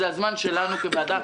זה הזמן שלנו כוועדה.